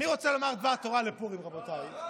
אני רוצה לומר דבר תורה לפורים, רבותיי.